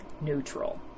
neutral